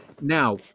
Now